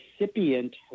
recipient